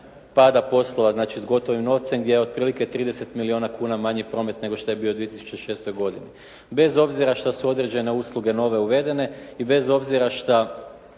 pada poslova, znači s gotovim novcem gdje je otprilike 30 milijuna kuna manji promet nego što je bio u 2006. godini. Bez obzira što su određene usluge nove uvedene i bez obzira što